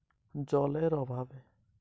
ধানের লোনা লাগা রোগ কেন হয়?